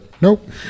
nope